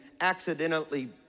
accidentally